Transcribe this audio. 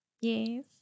yes